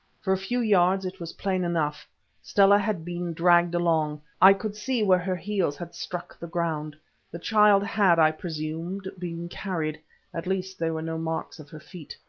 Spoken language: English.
for a few yards it was plain enough stella had been dragged along. i could see where her heels had struck the ground the child had, i presumed, been carried at least there were no marks of her feet.